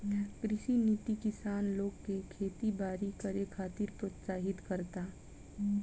कृषि नीति किसान लोग के खेती बारी करे खातिर प्रोत्साहित करता